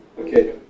Okay